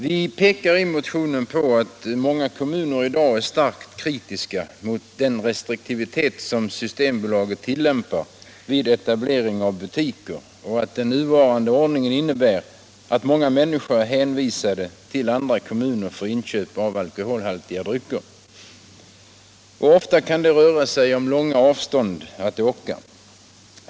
Vi pekar i motionen på att många kommuner i dag är starkt kritiska mot den restriktivitet som systembolaget tillämpar vid etablering av butiker och att den nuvarande ordningen innebär att många människor är hänvisade till andra kommuner för inköp av alkoholhaltiga drycker. Ofta kan det röra sig om långa avstånd att åka.